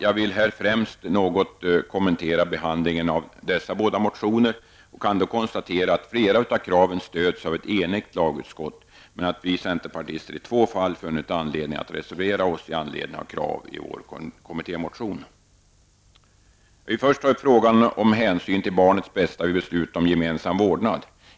Jag vill här främst något kommentera behandlingen av dessa båda motioner och kan då konstatera att flera av kraven stöds av ett enigt lagutskott, men att vi centerpartister i två fall funnit anledning att reservera oss med anledning av krav i vår kommittémotion. Jag vill först ta upp frågan om hänsyn till barnets bästa vid beslut om gemensam vårdnad.